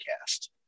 cast